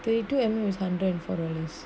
thirty two mm is hundred and four dollars